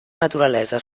naturalesa